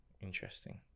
Interesting